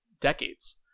decades